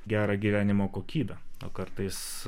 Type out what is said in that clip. gerą gyvenimo kokybę o kartais